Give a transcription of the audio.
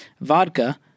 vodka